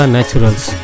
Naturals